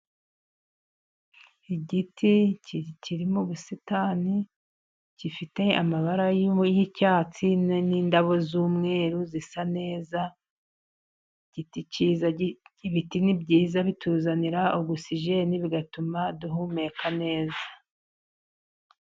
Igiti kiri mu busitani gifite amabara y'icyatsi, n'indabo z'umweru zisa neza. Ibiti ni byiza bituzanira oguzijeni bigatuma duhumeka neza.